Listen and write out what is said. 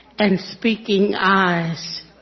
and speaking eyes'.